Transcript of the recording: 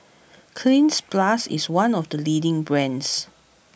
Cleanz Plus is one of the leading brands